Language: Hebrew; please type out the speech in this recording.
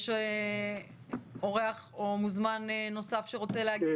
יש אורח או מוזמן נוסף שרוצה להגיב?